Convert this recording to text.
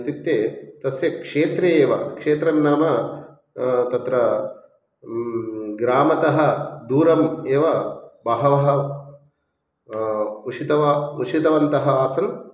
इत्युक्ते तस्य क्षेत्रे एव क्षेत्रं नाम तत्र ग्रामतः दूरम् एव बहवः उषितव उषितवन्तः आसन्